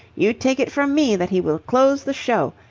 you take it from me that he will close the show.